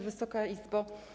Wysoka Izbo!